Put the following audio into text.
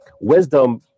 Wisdom